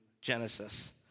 genesis